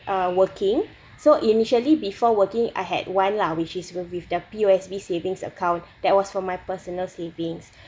uh working so initially before working I had one lah which is with the the P_O_S_B savings account that was from my personal savings